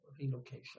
relocation